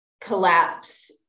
collapse